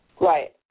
Right